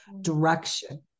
direction